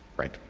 right.